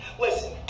Listen